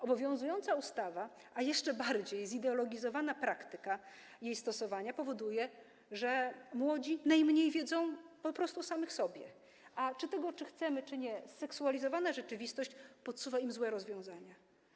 Obowiązująca ustawa, a jeszcze bardziej zideologizowana praktyka jej stosowania, powoduje, że młodzi najmniej wiedzą o samych sobie, a czy tego chcemy czy nie, zseksualizowana rzeczywistość podsuwa im złe rozwiązania.